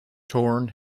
torn